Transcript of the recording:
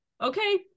okay